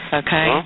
okay